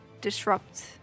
disrupt